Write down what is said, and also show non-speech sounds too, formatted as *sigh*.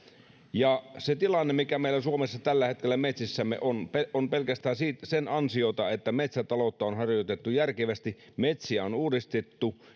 ja se tilanne mikä meillä suomessa tällä hetkellä metsissämme on on pelkästään sen ansiota että metsätaloutta on harjoitettu järkevästi metsiä on uudistettu *unintelligible*